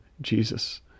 Jesus